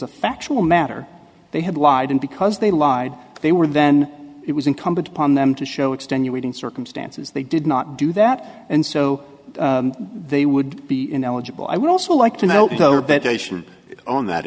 a factual matter they had lied and because they lied they were then it was incumbent upon them to show extenuating circumstances they did not do that and so they would be ineligible i would also like to know that